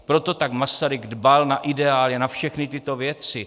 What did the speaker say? Proto tak Masaryk dbal na ideály, na všechny tyto věci.